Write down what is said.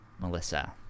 Melissa